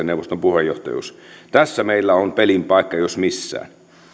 neuvoston puheenjohtajuus tässä meillä on pelin paikka jos missään